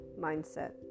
mindset